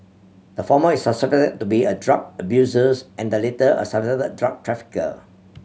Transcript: the former is suspected to be a drug abusers and the latter a suspected drug trafficker